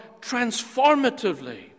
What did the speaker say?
transformatively